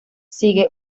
sigue